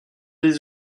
des